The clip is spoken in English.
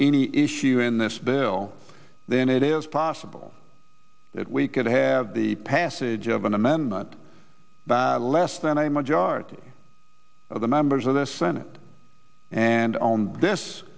any issue in this bill then it is possible that we could have the passage of an amendment but less than a majority of the members of the senate and on this